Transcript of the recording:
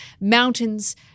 mountains